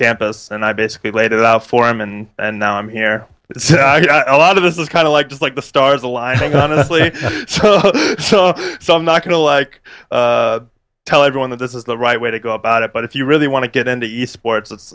campus and i basically laid it out for him and and now i'm here with a lot of this is kind of like just like the stars aligning honestly so so i'm not going to like tell everyone that this is the right way to go about it but if you really want to get into your sports